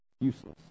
Useless